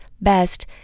best